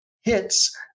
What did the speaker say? hits